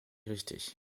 richtig